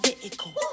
vehicle